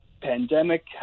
pandemic